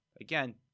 again